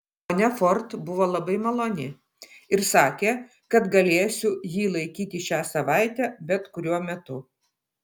ponia ford buvo labai maloni ir sakė kad galėsiu jį laikyti šią savaitę bet kuriuo metu